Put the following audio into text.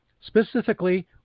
Specifically